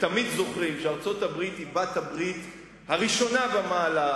ותמיד זוכרים שארצות-הברית היא בעלת-הברית הראשונה במעלה,